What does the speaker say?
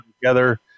together